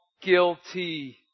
guilty